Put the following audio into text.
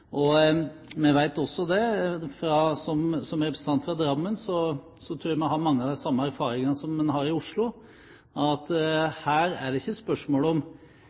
Vi vet også – som representant fra Drammen tror jeg vi har mange av de samme erfaringene som de har i Oslo – at her er det ikke spørsmål om